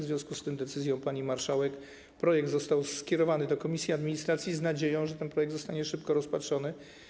W związku z tym decyzją pani marszałek projekt został skierowany do komisji administracji z nadzieją, że ten projekt zostanie szybko rozpatrzony.